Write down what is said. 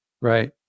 Right